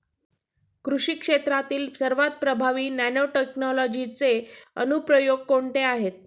कृषी क्षेत्रातील सर्वात प्रभावी नॅनोटेक्नॉलॉजीचे अनुप्रयोग कोणते आहेत?